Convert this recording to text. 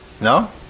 No